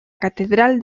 catedral